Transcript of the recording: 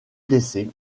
blessées